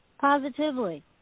positively